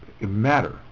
matter